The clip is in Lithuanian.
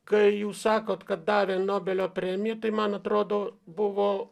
kai jūs sakot kad davė nobelio premiją tai man atrodo buvo